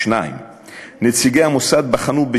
2. נציגי המוסד בחנו,